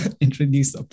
introduce